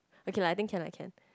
okay lah I think can lah can